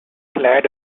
glad